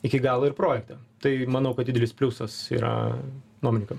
iki galo ir projekte tai manau kad didelis pliusas yra nuomininkam